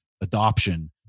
adoption